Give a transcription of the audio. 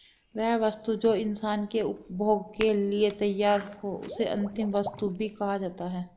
वह वस्तु जो इंसान के उपभोग के लिए तैयार हो उसे अंतिम वस्तु भी कहा जाता है